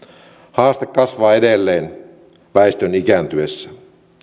haaste kasvaa edelleen väestön ikääntyessä